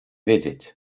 wiedzieć